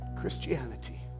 Christianity